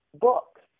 books